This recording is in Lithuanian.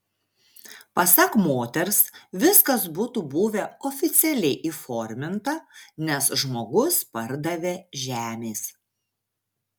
pasak moters viskas būtų buvę oficialiai įforminta nes žmogus pardavė žemės